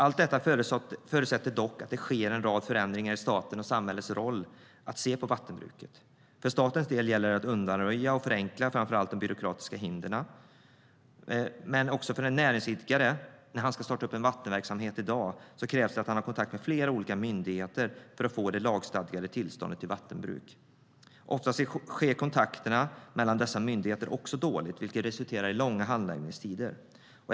Allt detta förutsätter dock att det sker en rad förändringar i statens och samhällets sätt att se på vattenbruket. För statens del gäller det att undanröja och förenkla framför allt de byråkratiska hindren. När en näringsidkare ska starta upp ett vattenbruk i dag krävs det att han har kontakt med flera olika myndigheter för att få det lagstadgade tillståndet till vattenbruk. Ofta är kontakterna mellan dessa myndigheter dåliga, vilket resulterar i långa handläggningstider.